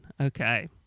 Okay